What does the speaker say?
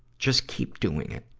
just keep doing it.